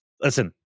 listen